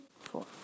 four